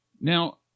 Now